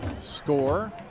score